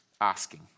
asking